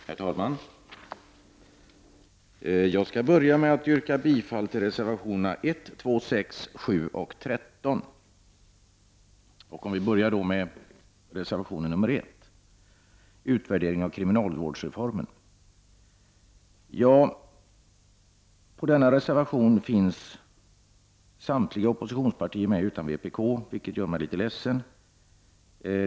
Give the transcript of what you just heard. Herr talman! Jag skall börja med att yrka bifall till reservationerna 1, 2, 6, 7 och 13. Om vi börjar med att tala om reservation nr 1, utvärdering av kriminal vårdsreformen, så står samtliga oppositionspartier bakom denna reservation utom vpk vilket gör mig litet ledsen.